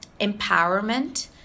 empowerment